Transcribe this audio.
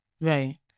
right